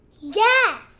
Yes